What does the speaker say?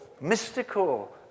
mystical